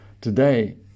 today